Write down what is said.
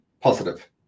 positive